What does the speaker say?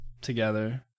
together